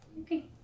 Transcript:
Okay